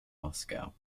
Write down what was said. moscow